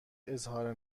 اظهار